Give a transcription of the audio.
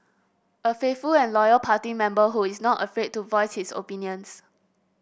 a faithful and loyal party member who is not afraid to voice his opinions